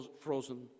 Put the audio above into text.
frozen